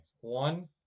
one